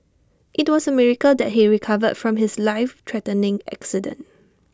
IT was A miracle that he recovered from his life threatening accident